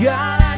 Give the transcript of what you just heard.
God